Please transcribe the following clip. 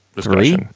Three